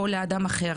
או לאדם אחר,